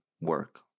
work